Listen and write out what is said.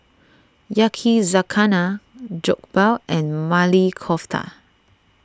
Yakizakana Jokbal and Maili Kofta